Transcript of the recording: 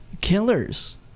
killers